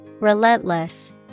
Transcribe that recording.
Relentless